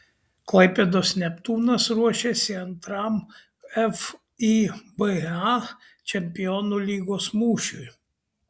klaipėdos neptūnas ruošiasi antram fiba čempionų lygos mūšiui